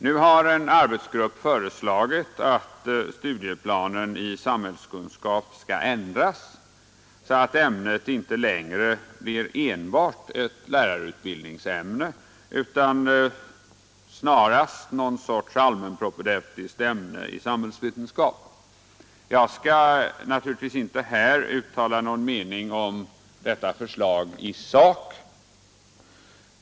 Nu har en arbetsgrupp föreslagit att studieplanen i samhällskunskap skall ändras så att ämnet inte längre blir enbart ett lärarutbildningsämne utan snarare något slags allmäntpropedeutiskt ämne i samhällsvetenskap. Jag skall naturligtvis inte här uttala någon mening om detta förslag i sak.